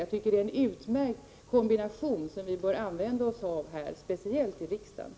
Jag tycker att det är en utmärkt kombination, som vi bör använda oss av, speciellt här i riksdagen.